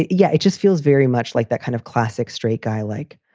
yeah. it just feels very much like that kind of classic straight guy, like,